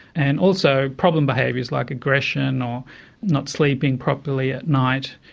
and also problem behaviours like aggression or not sleeping properly at night,